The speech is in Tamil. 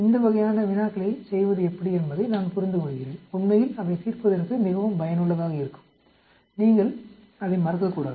இந்த வகையான வினாக்களைச் செய்வது எப்படி என்பதை நான் புரிந்துகொள்கிறேன் உண்மையில் அவை தீர்ப்பதற்கு மிகவும் பயனுள்ளதாக இருக்கும் நீங்கள் அதை மறக்ககூடாது